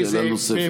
שאלה נוספת, בבקשה.